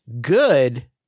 Good